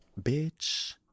Bitch